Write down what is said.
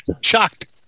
Shocked